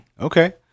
Okay